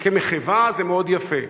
כמחווה, זה מאוד יפה.